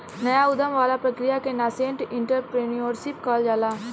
नाया उधम वाला प्रक्रिया के नासेंट एंटरप्रेन्योरशिप कहल जाला